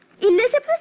Elizabeth